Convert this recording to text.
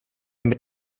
mit